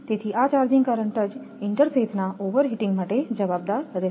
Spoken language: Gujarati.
તેથી આ ચાર્જિંગ કરંટ જ ઇન્ટરસેથના ઓવરહિટીંગ માટે જવાબદાર રહેશે